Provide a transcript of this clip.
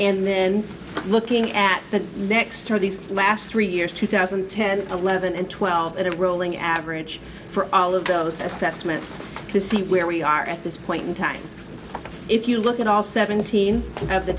and then looking at the next to the last three years two thousand and ten eleven and twelve and a rolling average for all of those assessments to see where we are at this point in time if you look at all seventeen of the